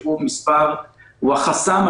שהוא החסם,